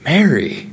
Mary